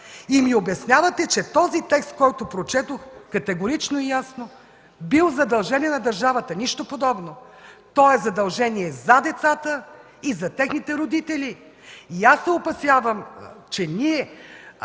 И ми обяснявате, че този текст, който прочетох, категорично и ясно бил задължение на държавата! Нищо подобно! Той е задължение за децата и за техните родители и се опасявам, че ще